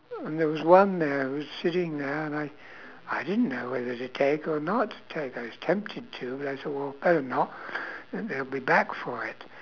there was one there who was sitting there and I I didn't know whether to take or not to take I was tempted to but I thought well better not they will be back for it